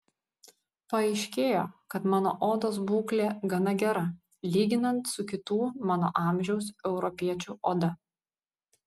paaiškėjo kad mano odos būklė gana gera lyginant su kitų mano amžiaus europiečių oda